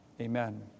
Amen